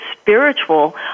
spiritual